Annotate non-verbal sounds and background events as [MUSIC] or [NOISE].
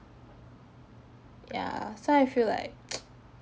yeah so I feel like [NOISE]